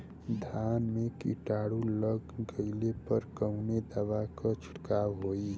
धान में कीटाणु लग गईले पर कवने दवा क छिड़काव होई?